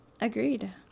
Agreed